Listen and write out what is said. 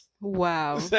Wow